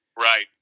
Right